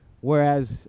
Whereas